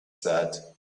said